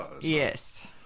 Yes